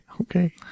okay